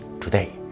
today